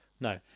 No